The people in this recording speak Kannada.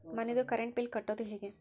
ಮನಿದು ಕರೆಂಟ್ ಬಿಲ್ ಕಟ್ಟೊದು ಹೇಗೆ?